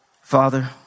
Father